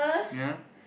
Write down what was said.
ya